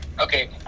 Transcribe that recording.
Okay